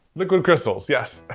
liquid crystals, yes.